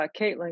Caitlin